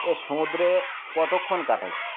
এর সমুদ্রে কতক্ষণ কাটায়